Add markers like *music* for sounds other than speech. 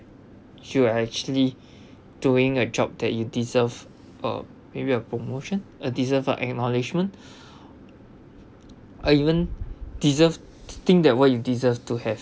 should I actually doing a job that you deserve uh maybe a promotion a deserve for acknowledgement *breath* I even deserve to think that what you deserve to have